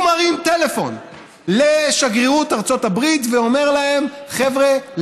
הוא מרים טלפון לשגרירות ארצות הברית ואומר להם: חבר'ה,